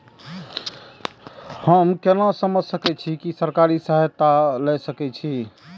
हमू केना समझ सके छी की सरकारी सहायता ले सके छी?